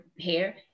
hair